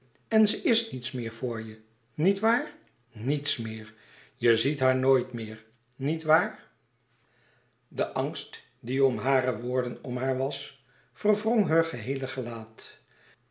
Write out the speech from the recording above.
en ze is niets meer voor je nietwaar niets meer je ziet haar nooit meer nietwaar de angst die om hare woorden om haar was verwrong heur geheele gelaat